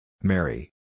Mary